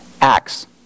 Acts